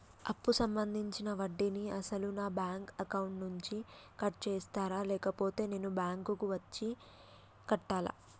అప్పు సంబంధించిన వడ్డీని అసలు నా బ్యాంక్ అకౌంట్ నుంచి కట్ చేస్తారా లేకపోతే నేను బ్యాంకు వచ్చి కట్టాలా?